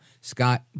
Scott